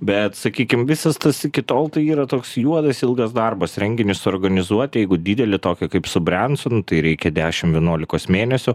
bet sakykim visas tas iki tol tai yra toks juodas ilgas darbas renginį suorganizuot jeigu didelį tokį kaip su brensonu tai reikia dešim vienuolikos mėnesių